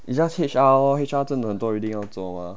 it's just H_R lor H_R 真的很多 reading 要做 mah